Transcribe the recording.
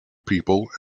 people